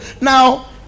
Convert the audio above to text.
Now